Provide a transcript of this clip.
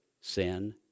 sin